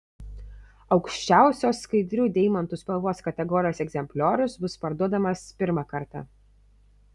aukščiausios skaidrių deimantų spalvos kategorijos egzempliorius bus parduodamas pirmą kartą